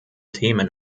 themen